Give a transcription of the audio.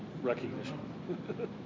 recognition